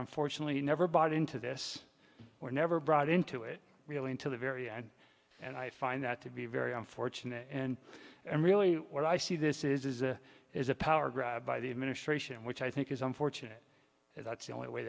unfortunately never bought into this or never brought into it really until the very end and i find that to be very unfortunate and really what i see this is a is a power grab by the administration which i think is unfortunate and that's the only way